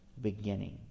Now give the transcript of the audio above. beginning